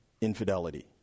infidelity